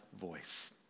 voice